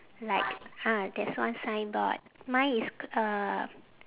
like ah there's one signboard mine is uh